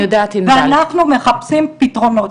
ואנחנו מחפשים פתרונות.